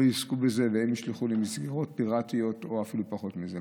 שלא יזכו בזה וישלחו למסגרות פיראטיות או אפילו פחות מזה.